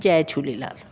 Jay Jhulelal